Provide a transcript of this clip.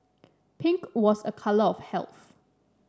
pink was a colour of health